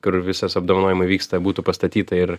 kur visos apdovanojimai vyksta būtų pastatyta ir